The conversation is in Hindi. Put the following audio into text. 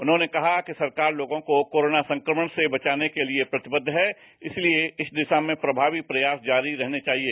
उन्होंने कहा कि सरकार लोगों को कोरोना संक्रमण से बचाने के लिए प्रतिबद्ध है इसलिए इस दिशा में प्रभावी प्रयास जारी रहने चाहिए